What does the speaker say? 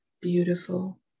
Beautiful